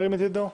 ירים את ידו.